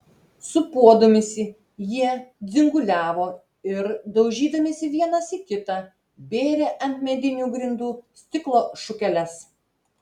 sūpuodamiesi jie dzinguliavo ir daužydamiesi vienas į kitą bėrė ant medinių grindų stiklo šukeles